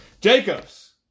Jacobs